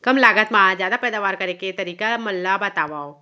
कम लागत मा जादा पैदावार करे के तरीका मन ला बतावव?